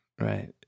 right